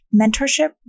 mentorship